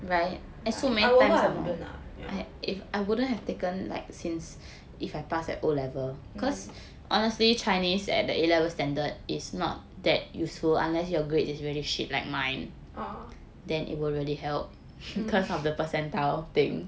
ya if I were her I wouldn't lah mm oh